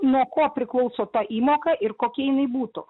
nuo ko priklauso ta įmoka ir kokia jinai būtų